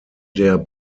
der